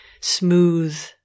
smooth –